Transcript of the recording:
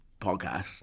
podcast